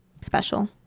special